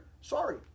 Sorry